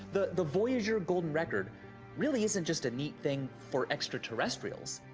the the voyager golden record really isn't just a neat thing for extraterrestrials.